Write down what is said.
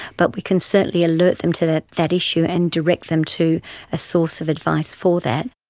but we can certainly alert them to that that issue and direct them to a source of advice for that.